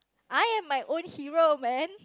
I am my own hero man